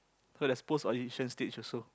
so there's post audition stage also